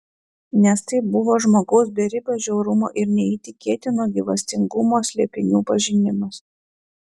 nes tai buvo žmogaus beribio žiaurumo ir neįtikėtino gyvastingumo slėpinių pažinimas